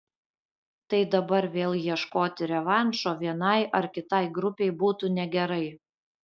tai dabar vėl ieškoti revanšo vienai ar kitai grupei būtų negerai